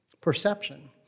perception